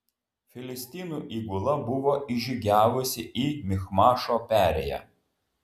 filistinų įgula buvo įžygiavusi į michmašo perėją